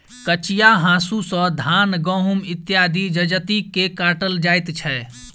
कचिया हाँसू सॅ धान, गहुम इत्यादि जजति के काटल जाइत छै